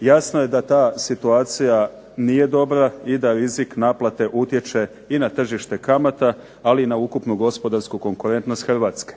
Jasno je da ta situacija nije dobra i da rizik naplate utječe i na tržište kamata, ali i na ukupnu gospodarsku konkurentnost Hrvatske.